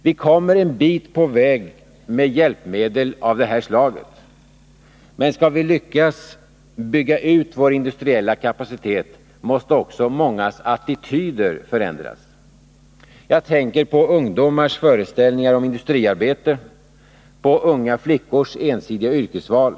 Vi kommer en bit på väg med hjälpmedel av det slaget, men skall vi lyckas bygga ut vår industriella kapacitet, måste också mångas attityder förändras. Jag tänker på ungdomars föreställningar om industriarbete och på unga flickors ensidiga yrkesval.